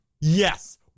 Yes